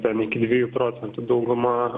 ten iki dviejų procentų dauguma